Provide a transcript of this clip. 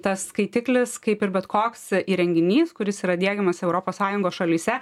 tas skaitiklis kaip ir bet koks įrenginys kuris yra diegiamas europos sąjungos šalyse